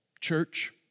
church